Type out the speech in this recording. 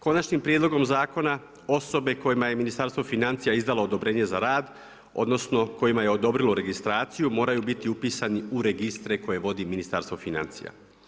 Konačnim prijedlogom zakona osobe kojima je Ministarstvo financija izdalo odobrenje za rad, odnosno kojima je odobrilo registraciju moraju biti upisani u registre koje vodi Ministarstvo financija.